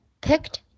picked